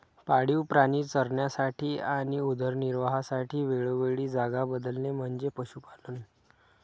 पाळीव प्राणी चरण्यासाठी आणि उदरनिर्वाहासाठी वेळोवेळी जागा बदलणे म्हणजे पशुपालन